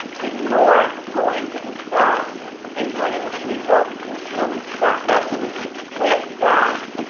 the north going to the south and bringing police officers from the south. absolutely. with that,